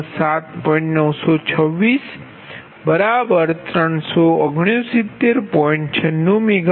96MW તપાસો